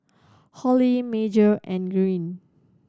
Holly Major and Greene